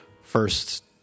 first